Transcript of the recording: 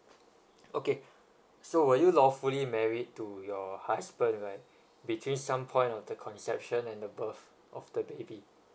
okay so were you lawfully married to your husband right between some point of the conception and the birth of the baby